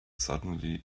suddenly